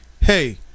Hey